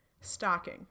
stocking